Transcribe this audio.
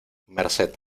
merced